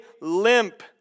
limp